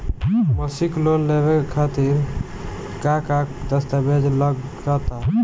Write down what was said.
मसीक लोन लेवे खातिर का का दास्तावेज लग ता?